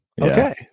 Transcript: okay